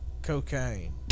cocaine